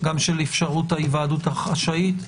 גם של אפשרות ההיוועדות החשאית.